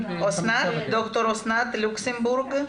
ד"ר אסנת לוקסנבורג,